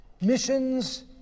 missions